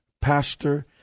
pastor